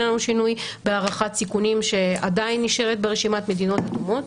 לנו שינוי בהערכת סיכונים שעדיין נשארת ברשימת מדינות אדומות,